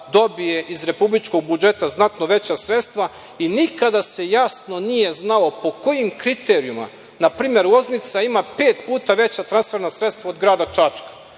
dobije iz republičkog budžeta znatno veća sredstva i nikada se jasno nije znalo po kojim kriterijumima, na primer, Loznica ima pet puta veća transferna sredstva od grada Čačka